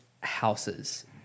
houses